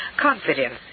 Confidence